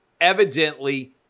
evidently